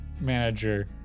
manager